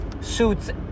suits